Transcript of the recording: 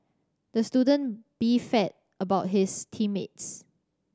the student beefed about his team mates